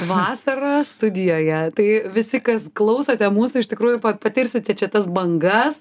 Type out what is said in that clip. vasara studijoje tai visi kas klausote mūsų iš tikrų patirsiti čia tas bangas